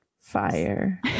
fire